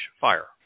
fire